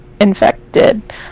infected